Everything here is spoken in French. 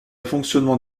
fonctionnement